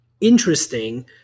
interesting